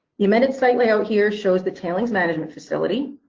the amended site layout here shows the tailings management facility,